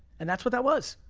and that's what that was.